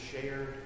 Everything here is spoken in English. shared